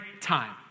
time